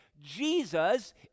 Jesus